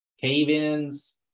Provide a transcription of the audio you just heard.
cave-ins